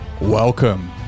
Welcome